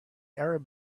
arab